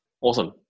awesome